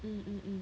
mm mm mm